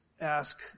ask